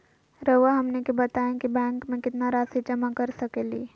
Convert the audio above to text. रहुआ हमनी के बताएं कि बैंक में कितना रासि जमा कर सके ली?